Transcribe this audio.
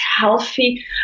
healthy